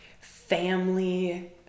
family